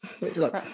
look